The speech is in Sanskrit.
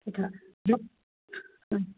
तथा हा